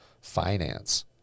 finance